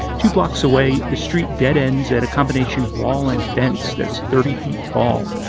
two blocks away, the street dead-ends at a combination wall and fence that's thirty feet tall.